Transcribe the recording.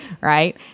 right